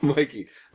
Mikey